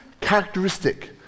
characteristic